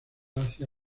hacia